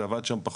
זה עבד שם פחות.